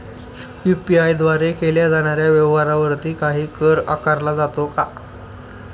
UPI द्वारे केल्या जाणाऱ्या व्यवहारावरती काही कर आकारला जातो का?